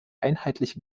einheitliche